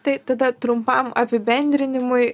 tai tada trumpam apibendrinimui